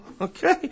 Okay